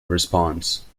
response